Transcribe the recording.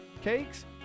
cakes